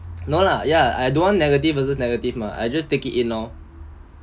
no lah ya I don't want negative versus negative mah I just take it in lor